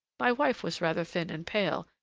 my wife was rather thin and pale,